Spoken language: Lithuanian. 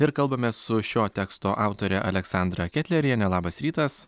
ir kalbame su šio teksto autorė aleksandra ketleriene labas rytas